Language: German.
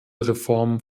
reformen